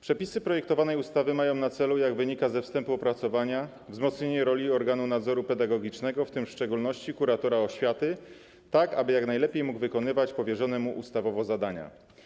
Przepisy projektowanej ustawy mają na celu, jak wynika ze wstępu do opracowania, wzmocnienie roli organu nadzoru pedagogicznego, w tym w szczególności kuratora oświaty, tak aby jak najlepiej mógł wykonywać powierzone mu ustawowo zadania.